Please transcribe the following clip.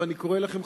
ואני קורא לכם,